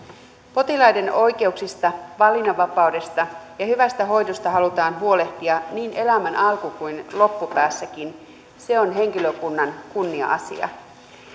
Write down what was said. potilaiden oikeuksista valinnanvapaudesta ja hyvästä hoidosta halutaan huolehtia niin elämän alku kuin loppupäässäkin se on henkilökunnan kunnia asia